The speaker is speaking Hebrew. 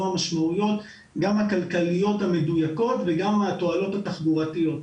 המשמעויות גם הכלכליות המדויקות וגם התועלות התחבורתיות.